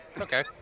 Okay